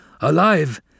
alive